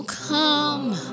come